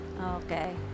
Okay